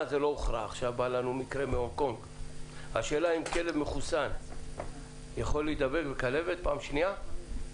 אם כלב מחוסן יכול להידבק בכלבת בפעם השנייה.